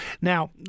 Now